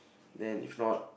then if not